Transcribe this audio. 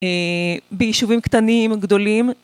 ביישובים קטנים, גדולים.